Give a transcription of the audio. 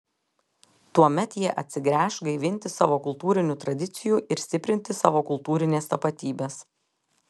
tuomet jie atsigręš gaivinti savo kultūrinių tradicijų ir stiprinti savo kultūrinės tapatybės